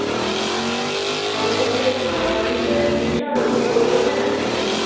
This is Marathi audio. हा हॅलो ते रिक्षा रिक्षा हवी होती ओरोसला जाण्यासाठी